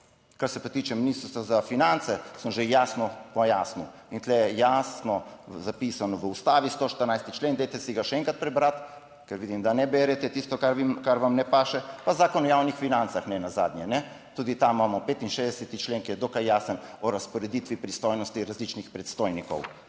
Kar se pa tiče Ministrstva za finance sem že jasno pojasnil in tu je jasno zapisano v Ustavi, 114. člen, dajte si ga še enkrat prebrati, ker vidim, da ne berete tisto, kar vam ne paše. Pa Zakon o javnih financah. Nenazadnje tudi tam imamo 65. člen, ki je dokaj jasen o razporeditvi pristojnosti različnih predstojnikov.